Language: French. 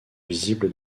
visible